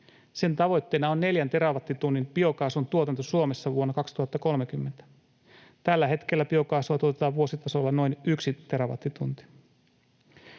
Sen tavoitteena on neljän terawattitunnin biokaasun tuotanto Suomessa vuonna 2030. Tällä hetkellä biokaasua tuotetaan vuositasolla noin yksi terawattitunti.